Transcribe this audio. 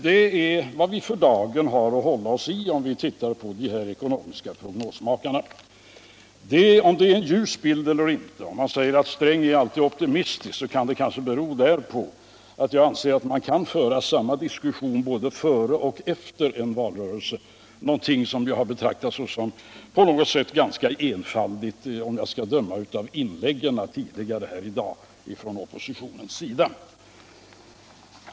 Det är vad vi för dagen har att hålla oss till om vi rättar oss efter de ekonomiska prognosmakarna. Är det en ljus bild eller inte? Jag tycker den är tillfredsställande. Om man siger att Sträng alluid är optimistisk kan det kanske bero på att jag anser att man kan föra samma diskussion både före och efter en valrörelse, någonting som har betraktats såsom på något sätt ganska enfaldigt, om jag skall döma av vissa inlägg tidigare i dag från regeringsbänken.